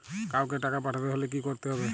কাওকে টাকা পাঠাতে হলে কি করতে হবে?